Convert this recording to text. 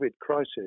crisis